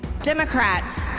Democrats